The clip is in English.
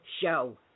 show